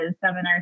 seminar